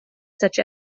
such